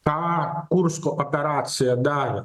tą kursko operacija darė